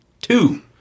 Two